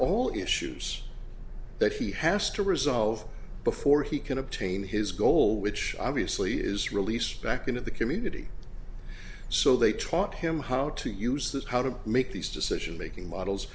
all issues that he has to resolve before he can obtain his goal which obviously is released back into the community so they taught him how to use this how to make these decision making models